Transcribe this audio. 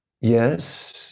yes